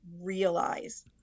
realize